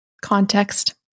Context